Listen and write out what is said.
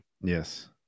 yes